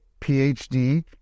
PhD